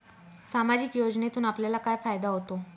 सामाजिक योजनेतून आपल्याला काय फायदा होतो?